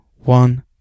one